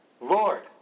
Lord